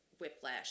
whiplash